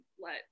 let